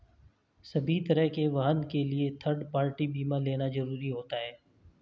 सभी तरह के वाहन के लिए थर्ड पार्टी बीमा लेना जरुरी होता है